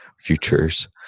futures